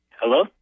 Hello